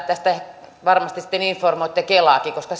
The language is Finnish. tästä varmasti sitten informoitte kelaakin koska